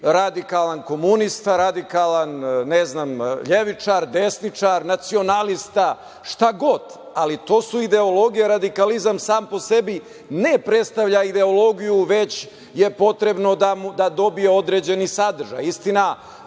radikalan komunista, radikalan levičar, desničar, nacionalista, šta god. Ali, to su ideologije. Radikalizam sam po sebi ne predstavlja ideologiju, već je potrebno da dobije određeni sadržaj. Istina,